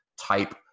type